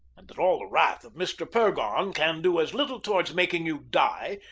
and that all the wrath of mr. purgon can do as little towards making you die,